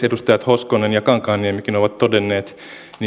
edustajat hoskonen ja kankaanniemikin ovat todenneet